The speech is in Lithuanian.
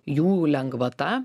jų lengvata